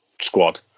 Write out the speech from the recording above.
squad